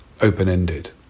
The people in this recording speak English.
open-ended